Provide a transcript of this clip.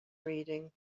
reading